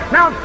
Now